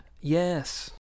Yes